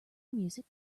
music